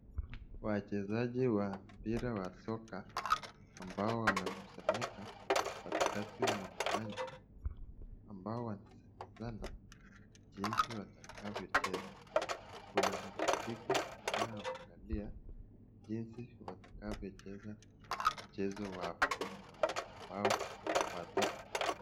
Wachezaji wa mpira wa soka ambao wamekusanyika katikati mwa uwanja ambao wanasemezana jinsi watakavyo cheza, kuna mashabiki wanaoangalia jinsi watakavyo cheza mchezo wao ambao wata.